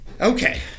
Okay